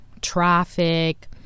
traffic